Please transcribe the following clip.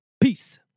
Peace